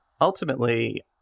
ultimately